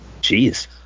jeez